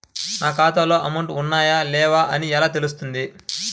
నా ఖాతాలో అమౌంట్ ఉన్నాయా లేవా అని ఎలా తెలుస్తుంది?